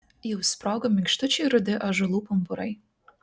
jau sprogo minkštučiai rudi ąžuolų pumpurai